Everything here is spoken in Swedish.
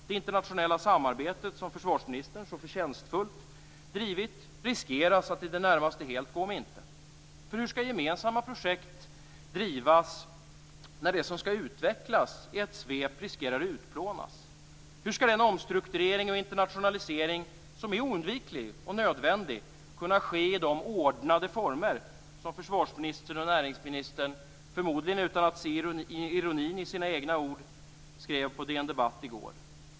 Det internationella samarbete som försvarsministern så förtjänstfullt drivit riskerar att i det närmaste helt gå om intet. Hur skall gemensamma projekt drivas när det som skall utvecklas riskerar utplånas i ett svep? Hur skall den omstrukturering och internationalisering som är oundviklig och nödvändig kunna ske i de "ordnade former" som försvarsministern och näringsministern, förmodligen utan att se ironin i sina egna ord, skrev på DN Debatt i går?